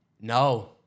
no